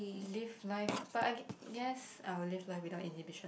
leave life but I gu~ guess I will leave life without inhibition